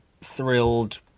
thrilled